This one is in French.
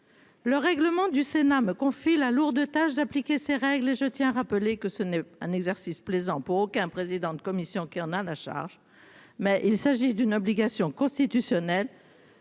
Le règlement du Sénat me confie la lourde tâche d'appliquer ces règles et je tiens à rappeler que ce n'est un exercice plaisant qu'un président de commission qui en a la charge. Mais il s'agit d'une obligation constitutionnelle.